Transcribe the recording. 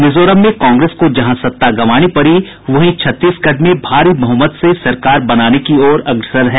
मिजोरम में कांग्रेस को जहां सत्ता गंवानी पड़ी हैं वहीं छत्तीसगढ़ में भारी बहुमत से सरकार बनाने की ओर अग्रसर है